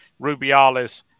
Rubiales